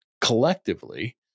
collectively